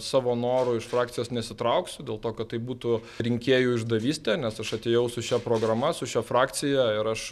savo noru iš frakcijos nesitrauksiu dėl to kad tai būtų rinkėjų išdavystė nes aš atėjau su šia programa su šia frakcija ir aš